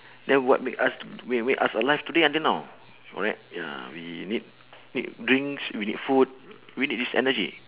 that what make us t~ make make us alive today until now correct ya we need need drinks we need food we need this energy